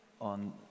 on